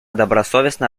добросовестно